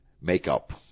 makeup